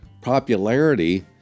popularity